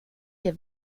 der